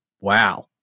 wow